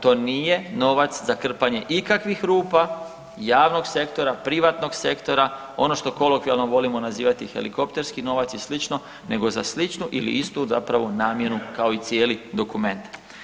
To nije novac za krpanje ikakvih rupa javnog sektora, privatnog sektora, ono što kolokvijalno volimo nazivati helikopterski novac ili slično nego za sličnu ili istu zapravo namjenu kao i cijeli dokument.